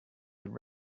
would